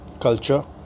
culture